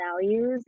values